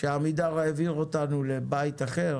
שעמידר העבירו אותנו לבית אחר